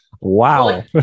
Wow